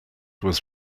was